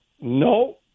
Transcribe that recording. no